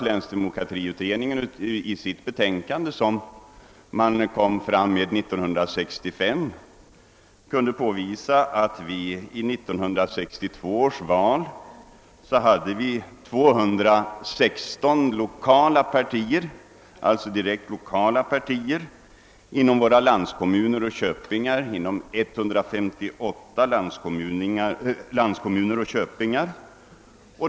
Länsdemokratiutredningen kunde i sitt betänkande, som lades fram 1965, påvisa att det vid 1962 års val fanns 216 direkt lokala partier inom 158 landskommuner och köpingar.